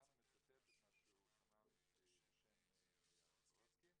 כאן הוא מצטט את מה שהוא שמע בשם הרב סורצקין: